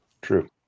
True